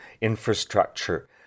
infrastructure